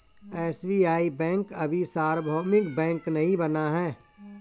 SBI bank अभी सार्वभौमिक bank नहीं बना है